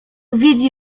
widzi